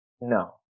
No